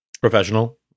professional